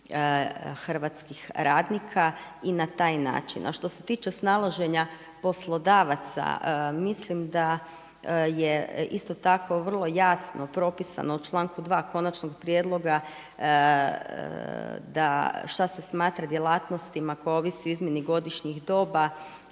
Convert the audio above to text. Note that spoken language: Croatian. hrvatskih radnika i na taj način. A što se tiče snalaženja poslodavaca, mislim da je isto tako vrlo jasno propisano u članku 2. konačnog prijedloga šta se smatra djelatnostima koje ovisi o izmjeni godišnjih doba